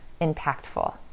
impactful